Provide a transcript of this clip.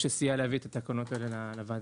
שסייע להביא את התקנות האלה לוועדה.